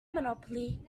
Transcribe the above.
monopoly